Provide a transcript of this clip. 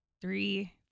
three